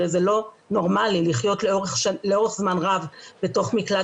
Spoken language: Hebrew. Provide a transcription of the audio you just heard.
הרי זה לא נורמלי לחיות לאורך זמן רב בתוך מקלט